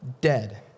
dead